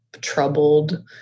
troubled